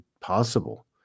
possible